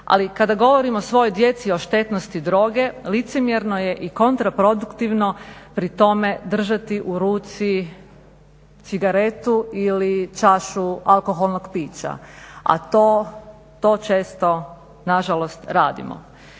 ali kada govorimo svojoj djeci o štetnosti droge, licemjerno je i kontraproduktivno pri tome držati u ruci cigaretu ili čašu alkoholnog pića a to često nažalost radimo.